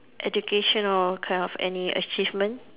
education or kind of any achievement